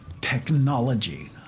technology